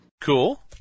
Cool